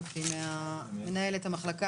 לזקנים ובעצם בכך אנחנו נבטיח את עמידת הממשלה